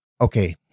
okay